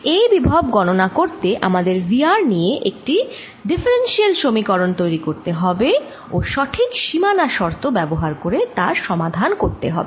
এই বিভব গণনা করতে আমাদের V r নিয়ে একটি ডিফারেন্সিয়াল সমীকরণ তৈরি করতে হবে ও সঠিক সীমানা শর্ত ব্যবহার করে তার সমাধান করতে হবে